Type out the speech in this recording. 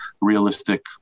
realistic